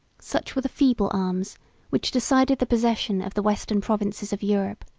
such were the feeble arms which decided the possession of the western provinces of europe,